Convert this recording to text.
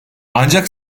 ancak